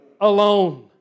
alone